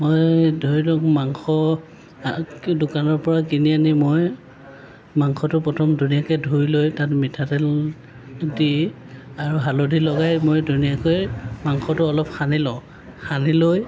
মই ধৰি লওক মাংস দোকানৰ পৰা কিনি আনি মই মাংসটো প্ৰথম ধুনীয়াকৈ ধুই লৈ তাত মিঠাতেল দি আৰু হালধি লগাই মই ধুনীয়াকৈ মাংসটো অলপ সানি লওঁ সানি লৈ